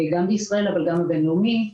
גם בישראל וגם המשק הבין-לאומי,